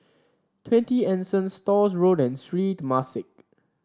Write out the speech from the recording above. Twenty Anson Stores Road and Sri Temasek